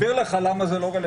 אני אסביר לך למה זה לא רלוונטי.